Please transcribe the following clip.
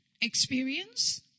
experience